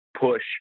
push